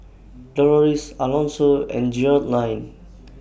Doloris Alonso and Gearldine